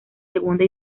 segunda